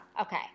Okay